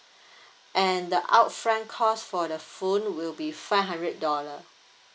and the upfront cost for the phone will be five hundred dollar